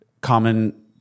common